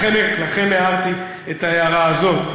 לכן הערתי את ההערה הזאת,